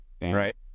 Right